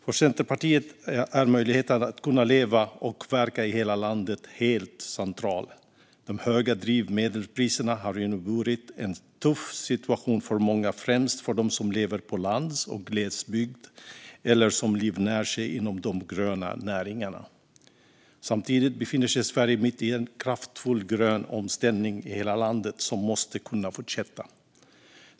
För Centerpartiet är möjligheten att leva och verka i hela landet helt central. De höga drivmedelspriserna har inneburit en tuff situation för många, främst för dem som lever på lands och glesbygd eller som livnär sig inom de gröna näringarna. Samtidigt befinner sig Sverige mitt i en kraftfull grön omställning i hela landet, som måste kunna fortsätta.